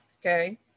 okay